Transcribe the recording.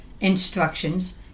instructions